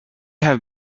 have